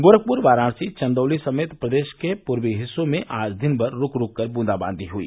गोरखपुर वाराणसी चंदौली समेत प्रदेश के पूर्वी हिस्सों में आज दिन भर रूक रूककर व्रदाबांदी हुई